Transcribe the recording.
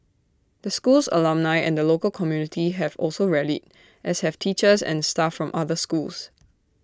the school's alumni and the local community have also rallied as have teachers and staff from other schools